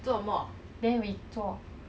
woodlands stadium we wear sports attire